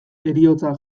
heriotza